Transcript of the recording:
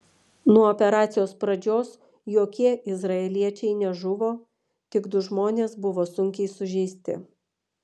nuo operacijos pradžios jokie izraeliečiai nežuvo tik du žmonės buvo sunkiai sužeisti